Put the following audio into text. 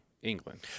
England